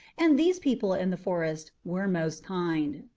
and these people in the forest were most kind.